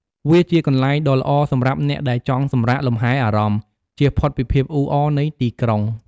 វាជាកន្លែងដ៏ល្អសម្រាប់អ្នកដែលចង់សម្រាកលំហែអារម្មណ៍ ជៀសផុតពីភាពអ៊ូអរនៃទីក្រុង។